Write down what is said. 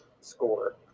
score